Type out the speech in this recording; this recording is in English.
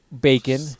Bacon